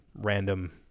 random